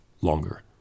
longer